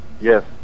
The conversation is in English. Yes